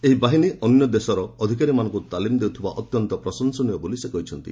ଏହି ବାହିନୀ ଅନ୍ୟ ଦେଶର ଅଧିକାରୀମାନଙ୍କୁ ତାଲିମ ଦେଉଥିବା ଅତ୍ୟନ୍ତ ପ୍ରଶଂସନୀୟ ବୋଲି ସେ କହିଛନ୍ତି